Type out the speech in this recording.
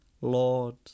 Lord